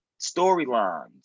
storylines